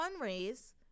fundraise